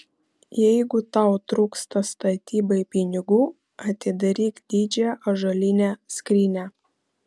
jeigu tau trūksta statybai pinigų atidaryk didžiąją ąžuolinę skrynią